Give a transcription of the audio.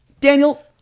daniel